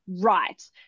right